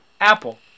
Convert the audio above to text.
Apple